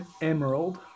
emerald